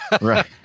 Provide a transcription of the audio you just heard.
Right